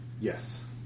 Yes